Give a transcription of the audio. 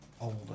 older